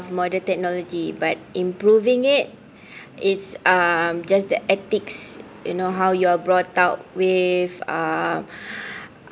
modern technology but improving it it's um just the ethics you know how you're brought out with um